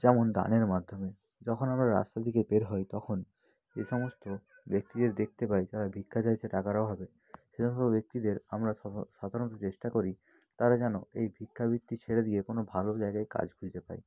যেমন দানের মাধ্যমে যখন আমরা রাস্তার দিকে বের হই তখন এসমস্ত ব্যক্তিদের দেখতে পাই তারা ভিক্ষা চাইছে টাকার অভাবে সে সকল ব্যক্তিদের আমরা সহ সাধারণত চেষ্টা করি তারা যেন এই ভিক্ষা বৃত্তি ছেড়ে দিয়ে কোনো ভালো জায়গায় কাজ খুঁজে পায়